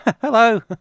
Hello